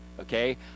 okay